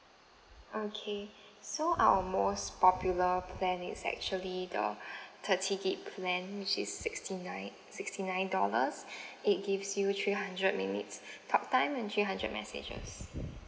okay so our most popular plan is actually the thirty gig plan which is sixty nine sixty nine dollars it gives you three hundred minutes talk time and three hundred messages